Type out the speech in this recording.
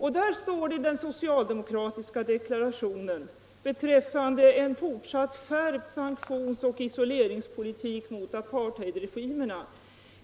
I den socialdemokratiska deklarationen står bewäffande en fortsalt skärpt sanktionsoch isoleringspolitik mot apartheidregimerna: